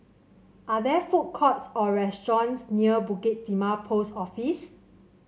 are there food courts or restaurants near Bukit Timah Post Office